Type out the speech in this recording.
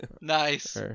Nice